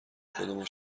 خودمان